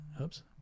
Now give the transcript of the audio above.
Oops